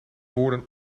woorden